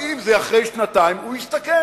אבל אם זה אחרי שנתיים, הוא יסתכן.